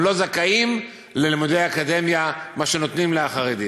לא זכאיות ללימודי אקדמיה שנותנים לחרדים.